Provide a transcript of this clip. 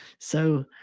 so,